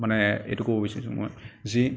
মানে এইটো ক'ব বিচাৰিছোঁ মই যি